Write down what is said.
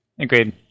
Agreed